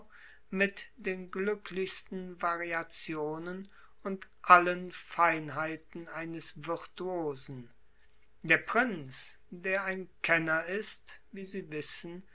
mit den glücklichsten variationen und allen feinheiten eines virtuosen der prinz der ein kenner ist wie sie wissen